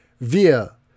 via